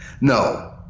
No